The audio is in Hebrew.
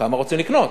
כמה רוצים לקנות.